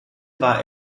war